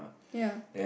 ya